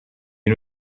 you